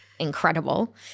incredible